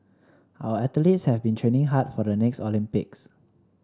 our athletes have been training hard for the next Olympics